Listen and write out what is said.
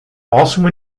also